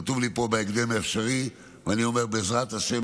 כתוב לי פה "בהקדם האפשרי" בעזרת השם,